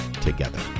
together